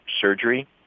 surgery